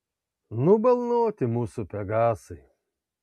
nubalnoti mūsų pegasai